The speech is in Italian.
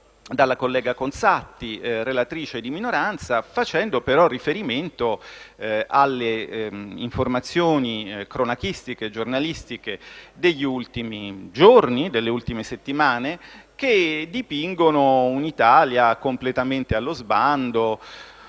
dalla collega Conzatti, relatrice di minoranza, facendo, però, riferimento alle informazioni giornalistiche degli ultimi giorni e delle ultime settimane, che dipingono un'Italia completamente allo sbando;